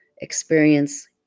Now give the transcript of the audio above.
experience